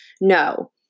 No